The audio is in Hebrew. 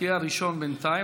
תהיה הראשון בינתיים,